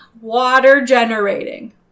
Water-generating